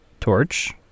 torch